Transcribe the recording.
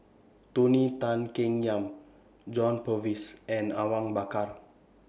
Tony Tan Keng Yam John Purvis and Awang Bakar